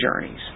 journeys